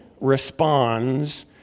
responds